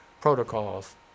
protocols